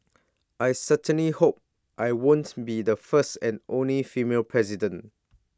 I certainly hope I won't be the first and only female president